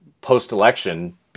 post-election